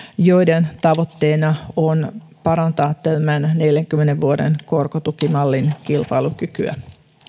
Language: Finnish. joiden tavoitteena on parantaa tämän neljänkymmenen vuoden korkotukimallin kilpailukykyä